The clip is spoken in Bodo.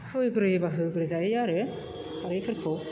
होग्रोयोब्ला होग्रो जायो आरो खारैफोरखौ